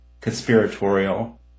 conspiratorial